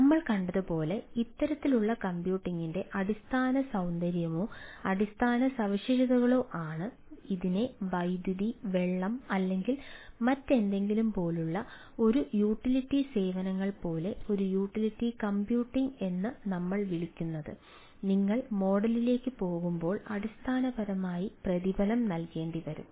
നമ്മൾ കണ്ടതുപോലെ ഇത്തരത്തിലുള്ള കമ്പ്യൂട്ടിംഗിന്റെ അടിസ്ഥാന സൌന്ദര്യമോ അടിസ്ഥാന സവിശേഷതകളോ ആണ് ഇതിനെ വൈദ്യുതി വെള്ളം അല്ലെങ്കിൽ മറ്റെന്തെങ്കിലും പോലുള്ള ഒരു യൂട്ടിലിറ്റി സേവനങ്ങൾ പോലെ ഒരു യൂട്ടിലിറ്റി കമ്പ്യൂട്ടിംഗ് എന്ന് നമ്മൾ വിളിക്കുന്നത് നിങ്ങൾ മോഡലിലേക്ക് പോകുമ്പോൾ അടിസ്ഥാനപരമായി പ്രതിഫലം നൽകേണ്ടിവരും